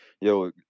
Yo